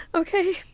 Okay